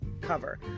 cover